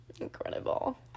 incredible